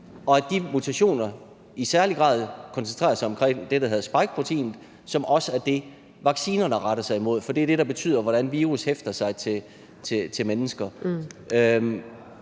og at de mutationer i særlig grad koncentrerer sig omkring det, der hedder spikeproteinet, som også er det, vaccinerne retter sig imod. Det er det, der betyder, hvordan virus hæfter sig til mennesker.